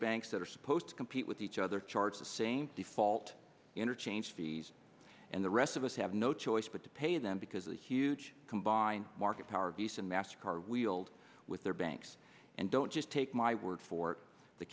banks that are supposed to compete with each other charge the same default interchange fees and the rest of us have no choice but to pay them because a huge combined market power abuse and master card wield with their banks and don't just take my word for it the